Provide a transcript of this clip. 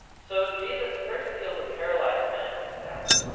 so jesus first heals a paralyzed man on the sabbath,